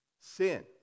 Sin